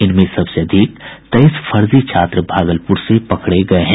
इनमें सबसे अधिक तेईस फर्जी छात्र भागलपुर से पकड़ गये हैं